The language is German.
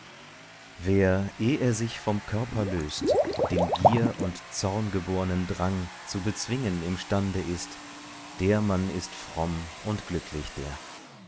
wer eh er sich vom körper löst den gier und zorn gebornen drang zu bezwingen imstande ist der mann ist fromm und glücklich der